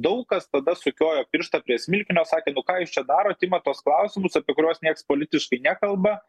daug kas tada sukiojo pirštą prie smilkinio sakė nu ką jūs čia darot imat tuos klausimus apie kuriuos nieks politiškai nekalba